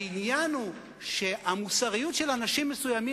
העניין הוא שהמוסריות של אנשים מסוימים